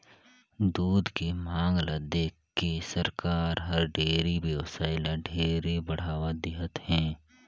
दूद के मांग ल देखके सरकार हर डेयरी बेवसाय ल ढेरे बढ़ावा देहत हे